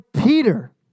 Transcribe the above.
Peter